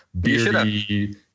beardy